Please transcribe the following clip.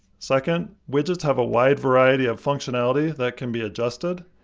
second, widgets have a wide variety of functionality that can be adjusted.